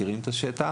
מכירים את השטח,